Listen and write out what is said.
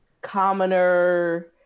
commoner